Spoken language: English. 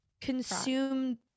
consume